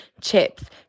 chips